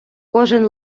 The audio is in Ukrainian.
кожен